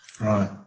Right